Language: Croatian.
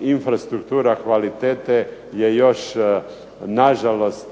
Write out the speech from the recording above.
infrastruktura kvalitete je još nažalost